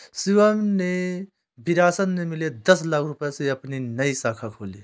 शिवम ने विरासत में मिले दस लाख रूपए से अपनी एक नई शाखा खोली